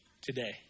today